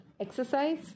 Exercise